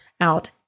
out